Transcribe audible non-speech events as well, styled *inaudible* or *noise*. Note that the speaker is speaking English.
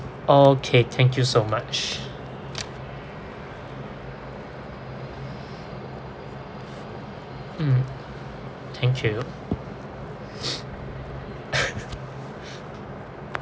okay thank you so much mm thank you *noise* *laughs*